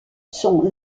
sont